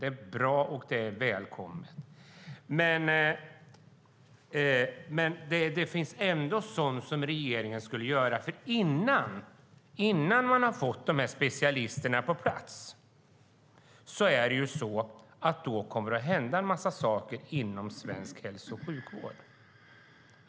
Det är bra och välkommet. Men innan man har fått dessa nya specialister på plats kommer det att hända saker inom svensk hälso och sjukvård.